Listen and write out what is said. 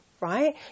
Right